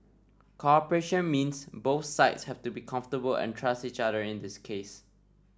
cooperation means both sides have to be comfortable and trust each other in this case